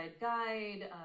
guide